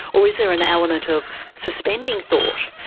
or is there an element of suspending thought?